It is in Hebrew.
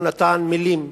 הוא נתן מלים,